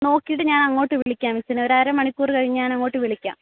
നോക്കിയിട്ട് ഞാൻ അങ്ങോട്ട് വിളിക്കാം മിസ്സിനെ ഒരു അര മണിക്കൂറ് കഴിഞ്ഞ് ഞാൻ അങ്ങോട്ട് വിളിക്കാം